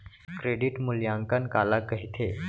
Credit मूल्यांकन काला कहिथे?